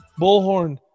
Bullhorn